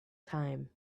time